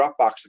dropbox